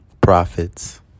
profits